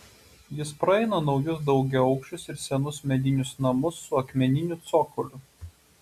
jis praeina naujus daugiaaukščius ir senus medinius namus su akmeniniu cokoliu